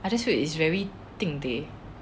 I just feel is very tinteh